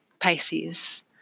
Pisces